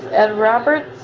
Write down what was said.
ed roberts,